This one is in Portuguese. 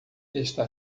está